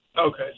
Okay